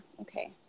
okay